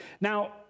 Now